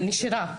בנושא הנשירה,